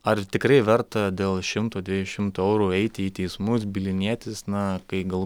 ar tikrai verta dėl šimto dviejų šimtų eurų eiti į teismus bylinėtis na kai galų